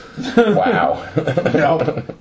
Wow